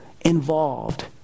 involved